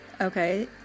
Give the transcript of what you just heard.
okay